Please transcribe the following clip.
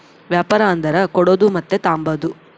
ವ್ಯಾಪಾರ ಅಂದರ ಕೊಡೋದು ಮತ್ತೆ ತಾಂಬದು